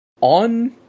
on